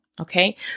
Okay